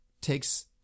takes